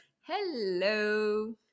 Hello